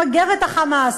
למגר את ה"חמאס".